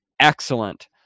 excellent